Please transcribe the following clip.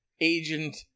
agent